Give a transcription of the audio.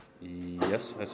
Yes